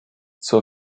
zur